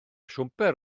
siwmper